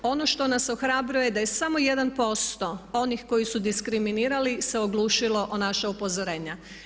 Ono što nas ohrabruje da je samo 1% onih koji su diskriminirali se oglušilo o naša upozorenja.